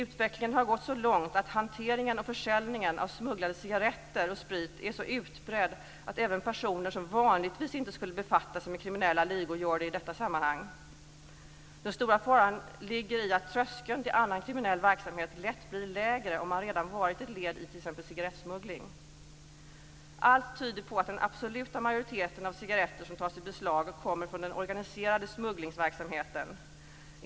Utvecklingen har gått så långt att hanteringen och försäljningen av smugglade cigaretter och sprit är så utbredd att även personer som vanligtvis inte skulle befatta sig med kriminella ligor gör det i detta sammanhang. Den stora faran ligger i att tröskeln till annan kriminell verksamhet lätt blir lägre om man redan varit ett led i t.ex. cigarettsmuggling. Allt tyder på att den absoluta majoriteten av de cigaretter som tas i beslag kommer från den organiserade smugglingsverksamheten.